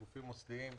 1 מיליון אנשים.